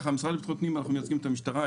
במשרד לביטחון פנים אנחנו מייצגים את המשטרה,